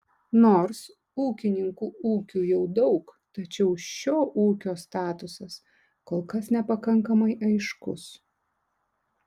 nors ūkininkų ūkių jau daug tačiau šio ūkio statusas kol kas nepakankamai aiškus